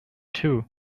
too